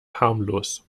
harmlos